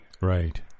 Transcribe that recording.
Right